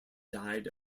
died